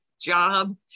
job